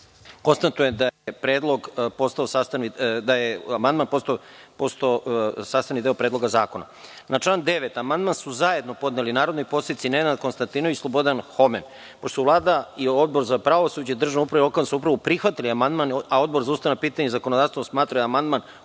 Konstatujem da je amandman postao sastavni deo Predloga zakona. Na član 9. amandman su zajedno podneli narodni poslanici Nenad Konstantinović i Slobodan Homen. Pošto su Vlada i Odbor za pravosuđe, državnu upravu i lokalnu samoupravu prihvatili amandman, a Odbor za ustavna pitanja i zakonodavstvo smatra da je amandman